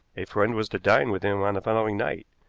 a friend was to dine with him on the following night.